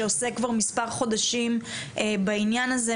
שעוסק כבר מס' חודשים בעניין הזה,